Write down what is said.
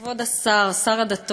כבוד שר הדתות,